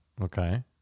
Okay